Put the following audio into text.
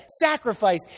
sacrifice